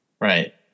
Right